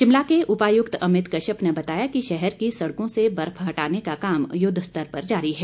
शिमला के उपायुक्त अमित कश्यप ने बताया कि शहर की सड़कों से बर्फ हटाने का काम युद्वस्तर पर जारी है